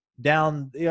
down